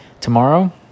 tomorrow